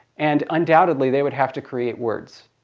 and undoubtedly they would have to create words.